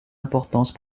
importance